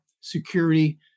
security